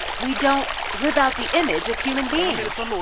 we don't live out the image of human beings.